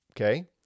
Okay